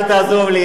אל תעזור לי,